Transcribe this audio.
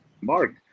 Mark